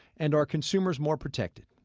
and are consumers more protected?